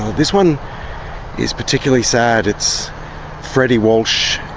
this one is particularly sad. it's freddy walsh